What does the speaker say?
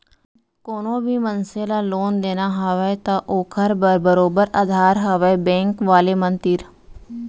कोनो भी मनसे ल लोन देना हवय त ओखर बर बरोबर अधार हवय बेंक वाले मन तीर